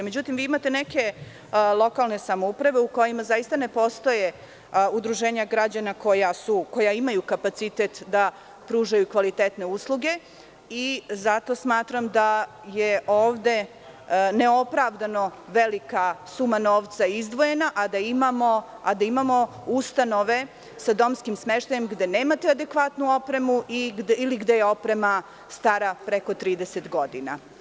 Međutim, imate neke lokalne samouprave u kojima zaista ne postoje udruženja građana koja imaju kapacitet da pružaju kvalitetne usluge i zato smatram da je ovde neopravdano velika suma novca izdvojena, a da imamo ustanove sa domskim smeštajem gde nemate adekvatnu opremu ili gde je oprema stara preko 30 godina.